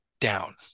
down